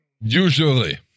Usually